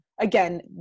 again